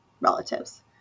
relatives